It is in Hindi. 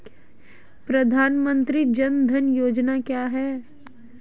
प्रधानमंत्री जन धन योजना क्या है?